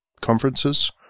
conferences